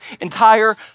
entire